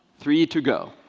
three to go.